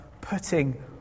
putting